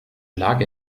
lage